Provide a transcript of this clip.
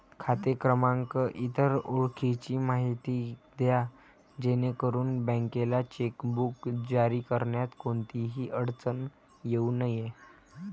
खाते क्रमांक, इतर ओळखीची माहिती द्या जेणेकरून बँकेला चेकबुक जारी करण्यात कोणतीही अडचण येऊ नये